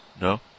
No